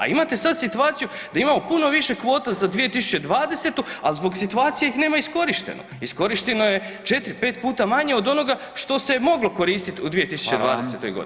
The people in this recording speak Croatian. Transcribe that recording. A imate sad situaciju da imamo puno više kvota za 2020. ali zbog situacije ih nema iskorištenog, iskorišteno je 4, 5 puta manje od onoga što se je moglo koristit u 2020. godini.